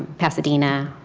pasadena,